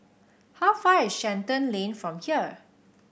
how far is Shenton Lane from here